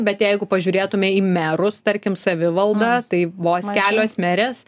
bet jeigu pažiūrėtume į merus tarkim savivaldą tai vos kelios merės